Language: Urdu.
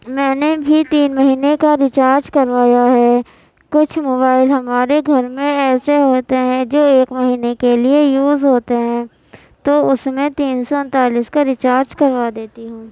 میں نے بھی تین مہینے کا ریچارج کروایا ہے کچھ موبائل ہمارے گھر میں ایسے ہوتے ہیں جو ایک مہینے کے لیے یوز ہوتے ہیں تو اس میں تین سو انتالیس کا ریچارج کروا دیتی ہوں